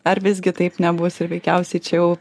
ar visgi taip nebus ir veikiausiai čia jau